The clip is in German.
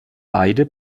beide